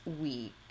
week